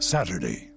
Saturday